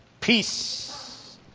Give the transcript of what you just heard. peace